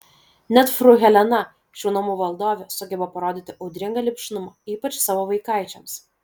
net fru helena šių namų valdovė sugeba parodyti audringą lipšnumą ypač savo vaikaičiams